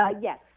Yes